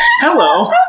Hello